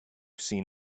seen